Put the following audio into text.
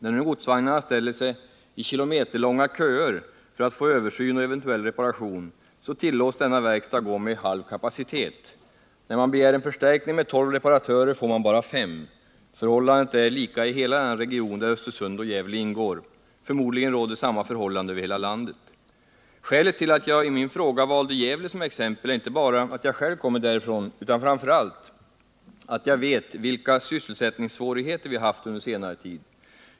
När nu godsvagnarna ställer sig i kilometerlånga köer för översyn och eventuell reparation, så tillåts denna verkstad gå med halv kapacitet. När man begär en förstärkning med tolv reparatörer får man bara fem. Förhållandet är detsamma i hela denna region, där Östersund och Gävle ingår. Förmodligen råder samma förhållande över hela landet. Skälet till att jag i min fråga valde Gävle som exempel är inte bara att jag själv kommer därifrån utan framför allt att jag vet vilka sysselsättningssvårigheter vi haft under senare tid.